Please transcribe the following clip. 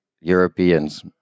Europeans